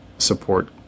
support